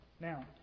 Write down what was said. Now